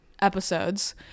episodes